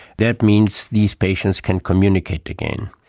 that means these patients can communicate again.